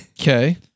Okay